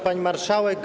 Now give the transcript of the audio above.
Pani Marszałek!